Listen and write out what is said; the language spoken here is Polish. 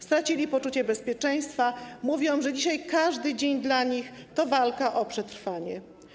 Stracili poczucie bezpieczeństwa, mówią, że dzisiaj każdy dzień dla nich to walka o przetrwanie.